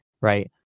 right